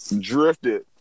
Drifted